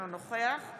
אינו נוכח חוה